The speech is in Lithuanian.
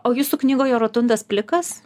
o jūsų knygoje rotundas plikas